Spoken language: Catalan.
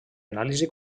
anàlisi